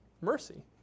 mercy